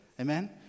Amen